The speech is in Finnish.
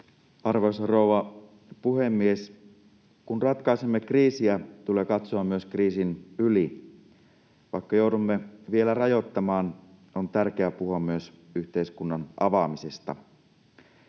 Arvoisa rouva puhemies! Kun ratkaisemme kriisiä, tulee katsoa myös kriisin yli. Vaikka joudumme vielä rajoittamaan, on tärkeä puhua myös yhteiskunnan avaamisesta.